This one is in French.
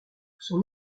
son